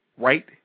Right